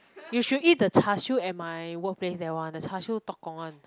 you should eat the char-siew at my workplace that one the char-siew tok-gong one